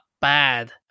bad